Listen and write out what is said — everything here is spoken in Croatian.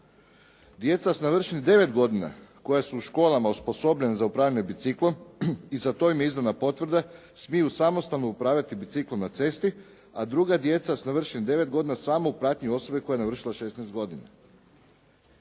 Djeca s navršenih 9 godina koja su u školama osposobljena za upravljanje biciklom i za to im je izdana potvrda, smiju samostalno upravljati biciklom na cesti, a druga djeca s navršenih 9 godina samo u pratnji osobe koja je navršila 16 godina."